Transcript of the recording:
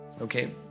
Okay